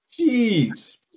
Jeez